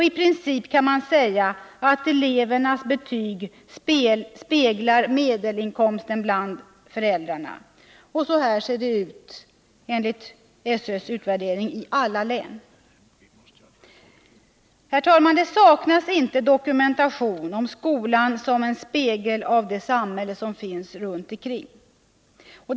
I princip kan man säga att elevernas betyg speglar medelinkomsten bland föräldrarna. Så ser det ut i alla län enligt SÖ:s utvärdering. Det saknas inte dokumentation om skolan som spegel av det samhälle som är runt om.